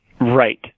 Right